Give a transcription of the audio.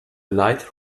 light